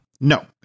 No